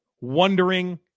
wondering